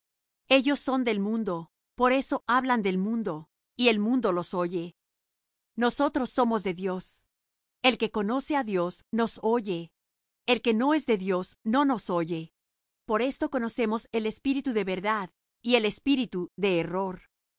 ellos son del mundo por eso hablan del mundo y el mundo los oye nosotros somos de dios el que conoce á dios nos oye el que no es de dios no nos oye por esto conocemos el espíritu de verdad y el espíritu de error